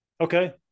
Okay